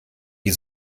die